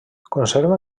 conserva